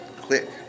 click